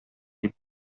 дип